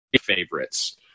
favorites